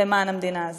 למען המדינה הזאת.